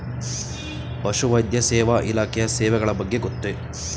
ಪಶುವೈದ್ಯ ಸೇವಾ ಇಲಾಖೆಯ ಸೇವೆಗಳ ಬಗ್ಗೆ ಗೊತ್ತೇ?